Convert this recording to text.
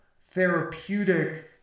therapeutic